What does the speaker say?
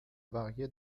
varje